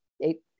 eight